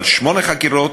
אבל שמונה חקירות,